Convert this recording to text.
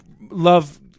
love